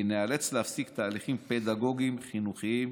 כי נאלץ להפסיק תהליכים פדגוגיים חינוכיים